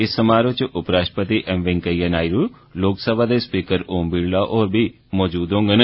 इस समारोह च उपराष्ट्रपति एम वैकेइयां नायड् ते लोकसभा दे स्पीकर ओम बिड़ला होर बी शामल होंगन